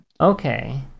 Okay